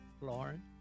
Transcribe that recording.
lauren